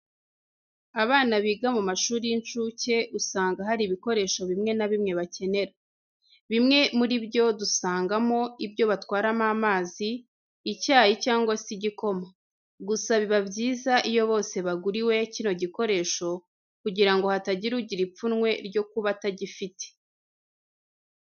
Abana biga mu mashuri y'incuke, usanga hari ibikoresho bimwe na bimwe bakenera. Bimwe muri byo dusangamo ibyo batwaramo amazi, icyayi cyangwa se igikoma. Gusa biba byiza iyo bose baguriwe kino gikoresho, kugira ngo hatagira ugira ipfunwe ryo kuba atagifite.